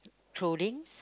clothings